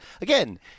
Again